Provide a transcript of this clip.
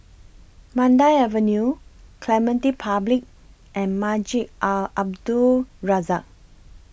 Mandai Avenue Clementi Public and Masjid Al Abdul Razak